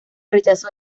rechazo